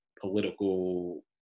political